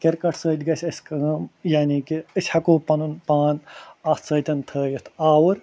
cricket سۭتۍ گژھِ اَسہِ کٲم یعنی کہِ أسۍ ہٮ۪کو پَنُن پان اَتھ سۭتۍ تھٲیِتھ آوُر